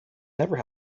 never